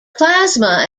plasma